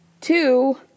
Two